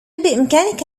بإمكانك